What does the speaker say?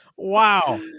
wow